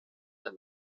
der